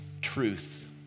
truth